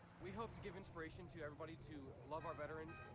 we hope to give inspiration to everybody to love our veterans.